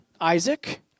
Isaac